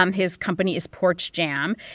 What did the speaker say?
um his company is porchjam.